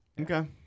Okay